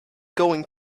going